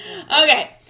Okay